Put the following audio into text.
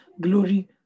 glory